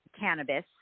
cannabis